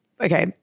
okay